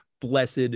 blessed